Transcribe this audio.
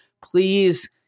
please